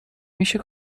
میشه